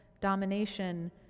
domination